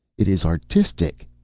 it is artistic!